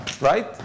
Right